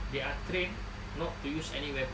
they are trained not to use any weapons